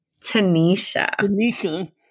Tanisha